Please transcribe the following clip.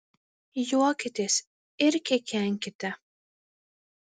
juokitės ir kikenkite